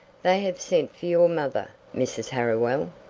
they have sent for your mother mrs. harriwell.